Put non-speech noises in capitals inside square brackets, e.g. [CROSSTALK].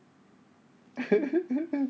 [LAUGHS]